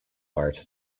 art